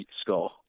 skull